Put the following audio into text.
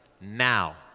now